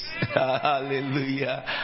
hallelujah